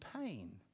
pain